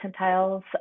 percentiles